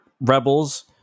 rebels